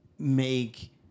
Make